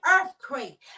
earthquake